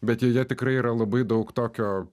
bet joje tikrai yra labai daug tokio